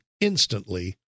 instantly